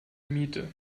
miete